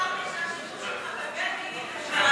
קודם אמרתי שהשימוש שלך בבגין הוא מרגש.